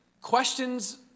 questions